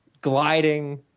gliding